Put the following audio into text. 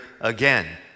again